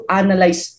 analyze